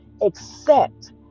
accept